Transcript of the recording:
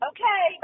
Okay